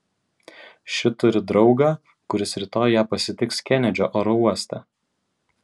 ši turi draugą kuris rytoj ją pasitiks kenedžio oro uoste